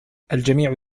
الجميع